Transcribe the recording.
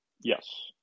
Yes